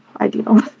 ideal